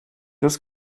ist